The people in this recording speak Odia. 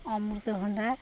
ଅମୃତଭଣ୍ଡା